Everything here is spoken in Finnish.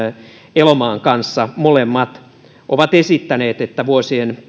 elomaan kanssa kuulumme molemmat ovat esittäneet että vuosien